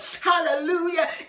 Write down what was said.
hallelujah